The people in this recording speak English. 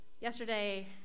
Yesterday